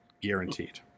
guaranteed